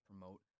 promote